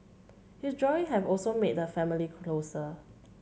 his drawing have also made the family closer